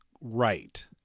right